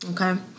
Okay